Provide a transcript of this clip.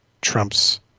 Trump's